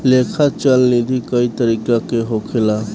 लेखा चल निधी कई तरीका के होखेला